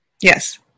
Yes